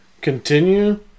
continue